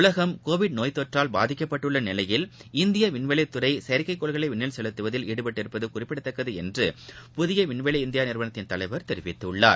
உலகம் கோவிட் நோய்த்தொற்றால் பாதிக்கப்பட்டுள்ள நிலையில் இந்திய விண்வெளித்துறை செயற்கைக்கோள்களை விண்ணில் செலுத்துவதில் ஈடுபட்டிருப்பது குறிப்பிடத்தக்கது என்று புதிய விண்வெளி இந்தியா நிறுவனத்தின் தலைவர் தெரிவித்தார்